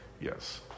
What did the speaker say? Yes